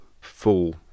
full